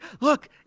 look